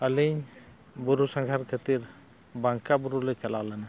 ᱟᱹᱞᱤᱧ ᱵᱩᱨᱩ ᱥᱟᱸᱜᱷᱟᱨ ᱠᱷᱟᱹᱛᱤᱨ ᱵᱟᱝᱠᱟ ᱵᱩᱨᱩᱞᱮ ᱪᱟᱞᱟᱣ ᱞᱮᱱᱟ